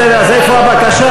בסדר, אז איפה הבקשה?